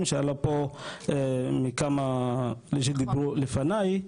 שעלה פה מכמה אנשים שדיברו לפניי,